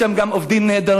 יש שם גם עובדים נהדרים,